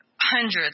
hundreds